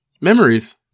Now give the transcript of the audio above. Memories